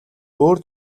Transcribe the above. өөр